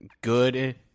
good